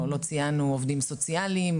לא ציינו עובדים סוציאליים,